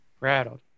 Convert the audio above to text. rattled